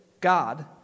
God